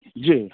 जी